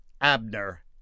Abner